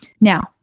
Now